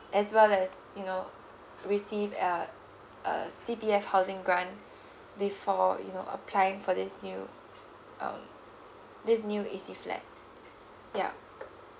as well as you know receive uh uh C_P_F housing grant before you know applying for this new um this new E_C flat yup